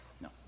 No